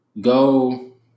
go